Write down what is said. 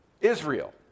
Israel